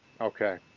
Okay